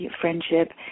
friendship